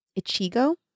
Ichigo